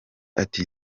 ati